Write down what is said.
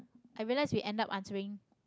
i realise we end up answering